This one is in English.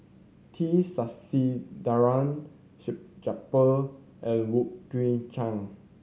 T Sasitharan Salleh Japar and Wong Kwei Cheong